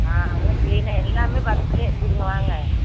ஆ அதெல்லாம் கிளீனாக எல்லாமே பக்கத்திலே இருக்குதுங்க வாங்க